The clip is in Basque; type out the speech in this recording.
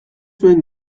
zuen